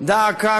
דא עקא,